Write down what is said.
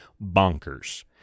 bonkers